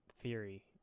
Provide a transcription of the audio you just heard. theory